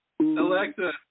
Alexa